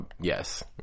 Yes